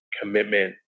commitment